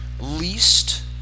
least